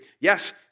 Yes